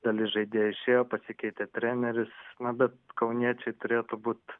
dalis žaidėjų išėjo pasikeitė treneris na bet kauniečiai turėtų būt